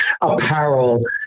apparel